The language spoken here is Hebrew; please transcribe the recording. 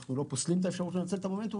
אנחנו לא פוסלים את האפשרות לנצל את המומנטום,